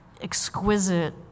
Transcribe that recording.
exquisite